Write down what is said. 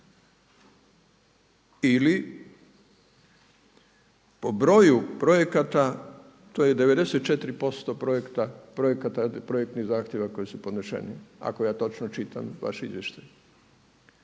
ili po broju projekata to je 94% projektnih zahtjeva koji su podneseni ako ja točno čitam vaš izvještaj.